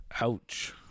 Ouch